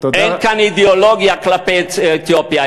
אתיופיה, אין כאן אידיאולוגיה כלפי יוצאי אתיופיה.